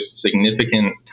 significant